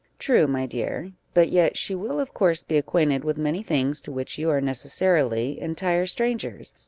true, my dear but yet she will, of course, be acquainted with many things to which you are necessarily entire strangers,